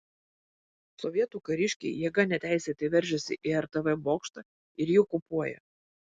sovietų kariškiai jėga neteisėtai veržiasi į rtv bokštą ir jį okupuoja